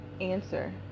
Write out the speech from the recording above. answer